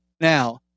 Now